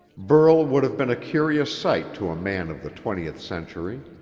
burl would have been a curious sight to a man of the twentieth century.